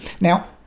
now